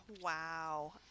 wow